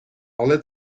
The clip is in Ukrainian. але